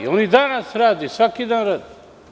On i danas radi, svaki dan radi.